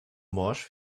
morsch